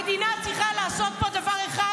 המדינה צריכה לעשות פה דבר אחד,